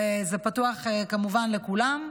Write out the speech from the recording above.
וזה פתוח כמובן לכולם.